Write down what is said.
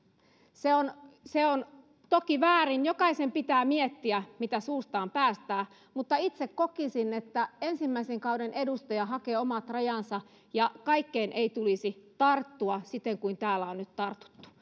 se on se on toki väärin jokaisen pitää miettiä mitä suustaan päästää mutta itse kokisin että ensimmäisen kauden edustaja hakee omat rajansa ja kaikkeen ei tulisi tarttua siten kuin täällä on nyt tartuttu